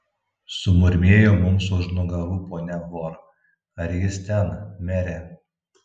sumurmėjo mums už nugarų ponia hor ar jis ten mere